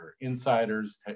insiders